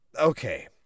Okay